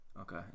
Okay